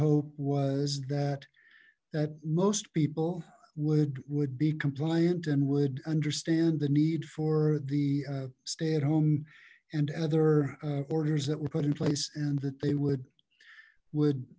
hope was that that most people would would be compliant and would understand the need for the stay at home and other orders that were put in place and that they would would